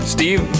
Steve